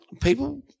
people